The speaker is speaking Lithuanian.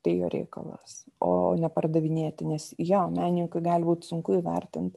tai jo reikalas o ne pardavinėti nes jo menininkui gali būti sunku įvertint